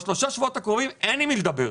בשלושה שבועות הקרובים אין עם מי לדבר,